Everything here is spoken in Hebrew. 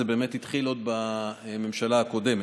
זה באמת התחיל עוד בממשלה הקודמת.